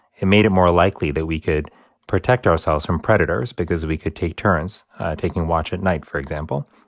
it made it more likely that we could protect ourselves from predators because we could take turns taking watch at night, for example.